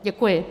Děkuji.